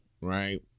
Right